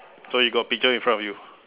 so you got picture in front of you